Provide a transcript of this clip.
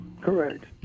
Correct